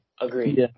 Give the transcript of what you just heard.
Agreed